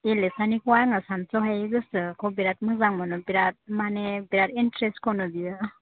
एलिसानिखौ आङो सानस'हायि गोसोखौ बिराद मोजां मोनो बिराद माने बिराद इन्ट्रेस्ट खनो बियो